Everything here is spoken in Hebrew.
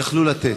יכלו לתת.